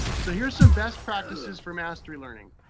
so here's some best practices for mastery learning.